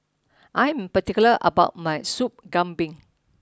I am particular about my Sup Kambing